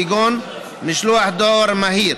כגון משלוח בדואר מהיר.